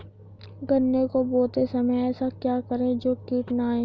गन्ने को बोते समय ऐसा क्या करें जो कीट न आयें?